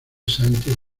sánchez